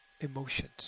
emotions